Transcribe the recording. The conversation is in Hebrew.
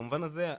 במובן הזה,